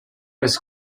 his